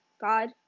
god